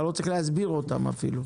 אתה לא צריך להסביר אותן אפילו.